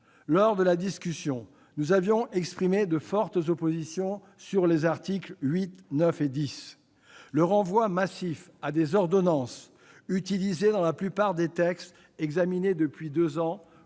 Lors de la discussion, nous avions exprimé de fortes oppositions sur les articles 8, 9 et 10. Le renvoi massif à des ordonnances utilisé dans la plupart des textes examinés depuis deux ans